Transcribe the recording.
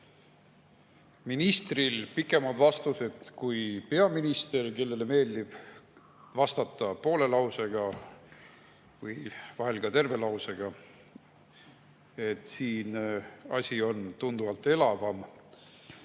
ministril pikemad vastused kui peaministril, kellele meeldib vastata poole lausega, vahel ka terve lausega. Siin on asi tunduvalt elavam